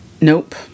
Nope